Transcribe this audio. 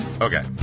okay